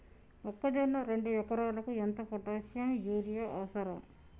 మొక్కజొన్న రెండు ఎకరాలకు ఎంత పొటాషియం యూరియా అవసరం?